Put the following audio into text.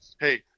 Hey